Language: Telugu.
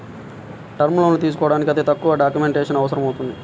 టర్మ్ లోన్లు తీసుకోడానికి అతి తక్కువ డాక్యుమెంటేషన్ అవసరమవుతుంది